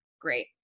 great